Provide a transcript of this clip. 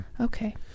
Okay